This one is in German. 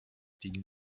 die